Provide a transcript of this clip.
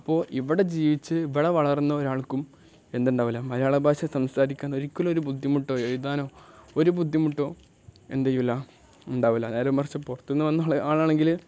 അപ്പോൾ ഇവിടെ ജീവിച്ച് ഇവിടെ വളർന്ന ഒരാൾക്കും എന്തുണ്ടാകില്ല മലയാള ഭാഷ സംസാരിക്കാൻ ഒരിക്കലും ഒരു ബുദ്ധിമുട്ടോ എഴുതാനോ ഒരു ബുദ്ധിമുട്ടോ എന്തു ചെയ്യില്ല ഉണ്ടാകില്ല വ നേരെ മറിച്ച് പുറത്തു നിന്നു വന്ന ആ ആളാണെങ്കിൽ